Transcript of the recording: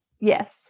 Yes